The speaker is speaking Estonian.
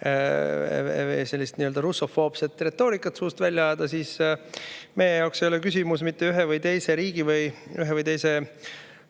palju suudab russofoobset retoorikat suust välja ajada, siis meie jaoks ei ole küsimus mitte ühe või teise riigi või ühe või teise